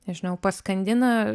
nežinau paskandina